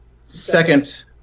second